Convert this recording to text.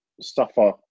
suffer